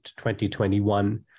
2021